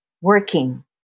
working